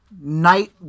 night